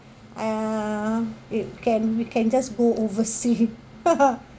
uh it can we can just go oversea